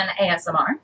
ASMR